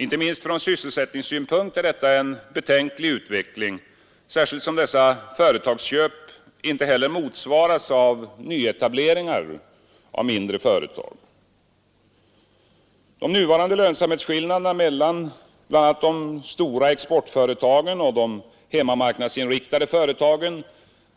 Inte minst från sysselsättningssynpunkt är detta en betänklig utveckling, särskilt som dessa företagsköp inte heller motsvaras av nyetableringar av mindre företag. De nuvarande lönsamhetsskillnaderna mellan bl.a. de stora exportföretagen och de hemmamarknadsinriktade företagen